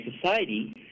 society